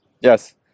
yes